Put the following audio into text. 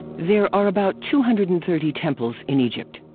there are about two hundred and thirty temples in egypt.